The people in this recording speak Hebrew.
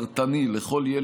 כול,